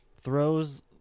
throws